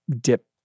dip